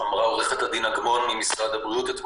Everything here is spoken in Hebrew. עורכת-הדין אגמון ממשרד הבריאות אמרה